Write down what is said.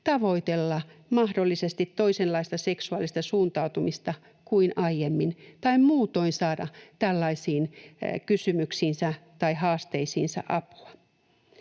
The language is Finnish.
tavoitella mahdollisesti toisenlaista seksuaalista suuntautumista kuin aiemmin tai muutoin saada tällaisiin kysymyksiinsä tai haasteisiinsa apua.